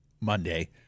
Monday